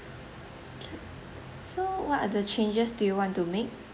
okay so what are the changes do you want to make